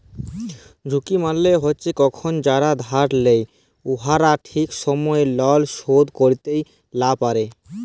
ঝুঁকি মালে হছে কখল যারা ধার লেই উয়ারা ঠিক সময়ে লল শোধ ক্যইরতে লা পারে